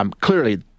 Clearly